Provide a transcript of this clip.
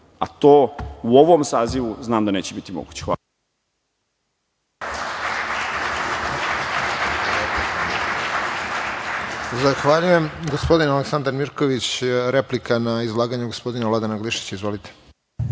To u ovom sazivu znam da neće biti moguće. Hvala.